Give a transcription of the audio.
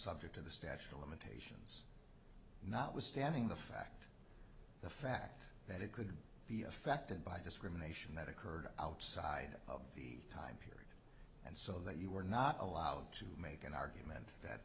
subject to the statue and not withstanding the fact the fact that it could be affected by discrimination that occurred outside of the time period and so that you were not allowed to make an argument that